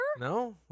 No